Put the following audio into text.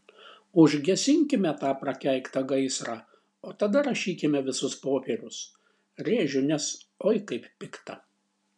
užgesinkime tą prakeiktą gaisrą o tada rašykime visus popierius rėžiu nes oi kaip pikta